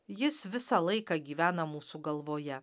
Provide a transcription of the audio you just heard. jis visą laiką gyvena mūsų galvoje